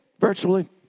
virtually